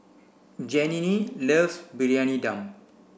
Janene loves Briyani Dum